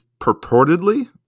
purportedly